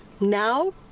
Now